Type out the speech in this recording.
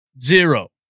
Zero